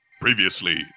Previously